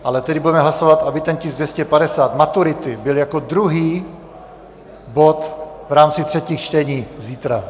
Ale teď budeme hlasovat, aby ten tisk 250, maturity, byl jako druhý bod v rámci třetích čtení zítra.